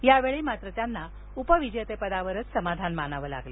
यावेळी त्यांना उपविजेतेपदावरच समाधान मानावं लागलं